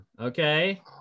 okay